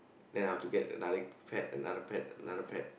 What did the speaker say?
then I have to get another pet another pet another pet